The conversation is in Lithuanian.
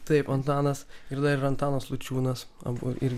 taip antanas ir dar yra antanas lučiūnas abu irgi